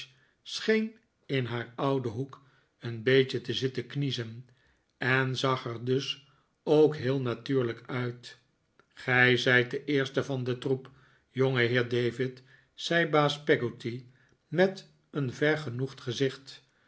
scheen in haar ouden hoek een beetje te zitten kniezen en zag erdus ook heel natuurlijk uit gij zijt de eerste van den troep jongeheer david zei baas peggotty met een vergenoegd gezicht